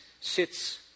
sits